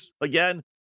again